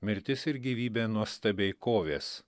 mirtis ir gyvybė nuostabiai kovės